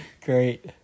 Great